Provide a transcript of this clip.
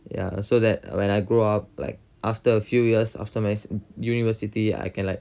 ya so that when I grow up like after a few years after my university I can like